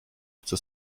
chce